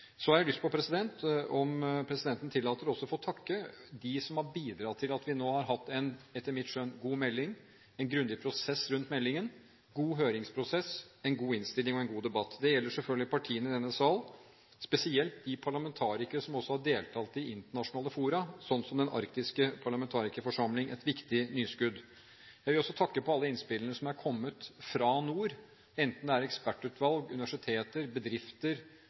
Så har jeg lyst til – om presidenten tillater det – å få takke dem som har bidratt til at vi nå, etter mitt skjønn, har hatt en god melding, en grundig prosess rundt meldingen, en god høringsprosess, en god innstilling og en god debatt. Det gjelder selvfølgelig partiene i denne sal, spesielt de parlamentarikere som også har deltatt i internasjonale fora, slik som den arktiske parlamentarikerforsamling – et viktig tilskudd. Jeg vil også takke for alle innspillene som er kommet fra nord, både fra ekspertutvalg, universiteter, bedrifter,